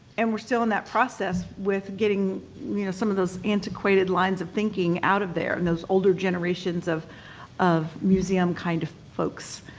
and we're still in that process with getting you know some of those antiquated lines of thinking out of there, and those older generations of of museum kind of folks.